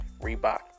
reebok